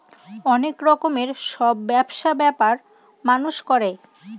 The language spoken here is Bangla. অনেক রকমের সব ব্যবসা ব্যাপার মানুষ করে